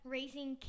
Raising